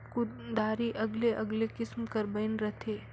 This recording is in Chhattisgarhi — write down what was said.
कुदारी अलगे अलगे किसिम कर बइन रहथे